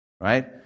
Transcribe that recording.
Right